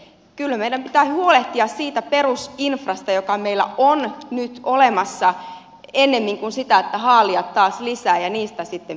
kyllä meidän pitää huolehtia siitä perusinfrasta joka meillä on nyt olemassa ennemmin kuin haalia taas lisää ja siitä sitten pitää huolta